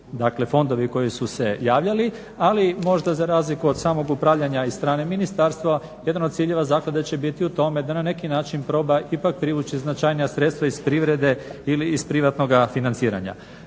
dakle fondovi koji su se javljali. Ali možda za razliku od samog upravljanja iz strane ministarstva jedan od ciljeva zaklade će biti u tome da na neki način proba ipak privući značajnija sredstva iz privrede ili iz privatnoga financiranja.